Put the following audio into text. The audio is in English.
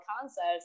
concepts